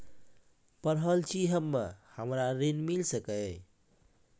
पढल छी हम्मे हमरा ऋण मिल सकई?